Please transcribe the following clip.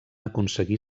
aconseguir